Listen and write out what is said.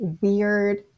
weird